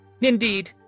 Indeed